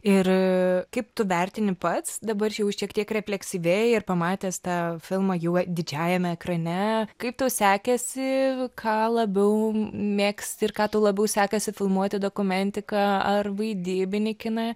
ir kaip tu vertini pats dabar jau šiek tiek refleksyviai ir pamatęs tą filmą jau didžiajame ekrane kaip tau sekėsi ką labiau mėgsti ir ką tu labiau sekasi filmuoti dokumentiką ar vaidybinį kiną